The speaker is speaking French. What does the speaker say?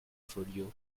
folliot